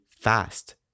fast